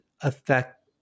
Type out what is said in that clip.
affect